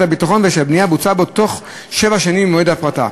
הביטחון ושהבנייה בוצעה בתוך שבע שנים ממועד ההפרטה.